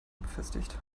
befestigt